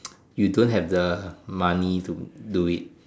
you don't have the money to do it